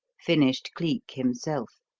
finished cleek himself.